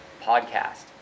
podcast